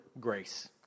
grace